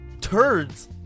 turds